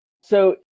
So-